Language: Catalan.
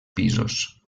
pisos